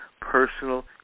personal